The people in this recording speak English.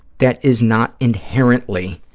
that is not inherently